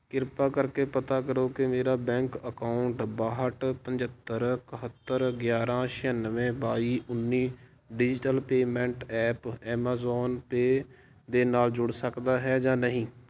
ਕਿਰਪਾ ਕਰਕੇ ਪਤਾ ਕਰੋ ਕਿ ਮੇਰਾ ਬੈਂਕ ਅਕਾਊਂਟ ਬਾਹਠ ਪੰਝੱਤਰ ਇਕੱਤਰ ਗਿਆਰਾਂ ਛਿਆਨਵੇਂ ਬਾਈ ਉੱਨੀ digital payment app Amazon Pay ਦੇ ਨਾਲ ਜੁੜ ਸਕਦਾ ਹੈ ਜਾਂ ਨਹੀਂ